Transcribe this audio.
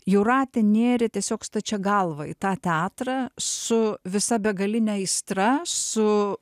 jūratė nėrė tiesiog stačia galva į tą teatrą su visa begaline aistra su